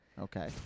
Okay